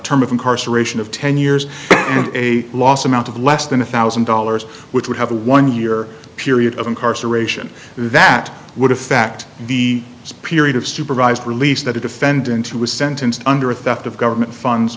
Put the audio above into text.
term of incarceration of ten years in a loss amount of less than a thousand dollars which would have a one year period of incarceration that would affect the period of supervised release that a defendant who was sentenced under a theft of government funds